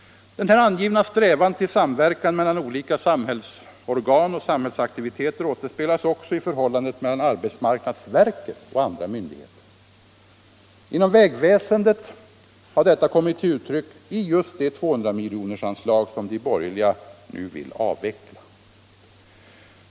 Den angivna strävan till samverkan mellan olika samhällsorgan och samhällsaktiviteter återspeglas också i förhållandet mellan arbetsmarknadsverket och andra myndigheter. Inom vägväsendet har detta kommit till uttryck i just det 200-miljonersanslag som de borgerliga ledamöterna nu vill avveckla.